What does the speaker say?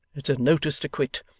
it's a notice to quit.